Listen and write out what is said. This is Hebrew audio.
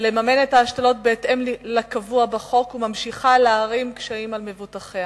לממן את ההשתלות בהתאם לקבוע בחוק וממשיכה להערים קשיים על מבוטחיה.